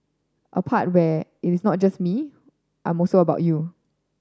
a part where it is not just me I'm also about you